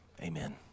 amen